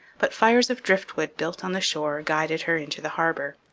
but fires of driftwood built on the shore guided her into the harbour,